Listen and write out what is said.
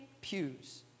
pews